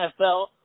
NFL